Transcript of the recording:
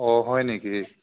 অ' হয় নিকি